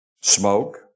smoke